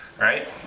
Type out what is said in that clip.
right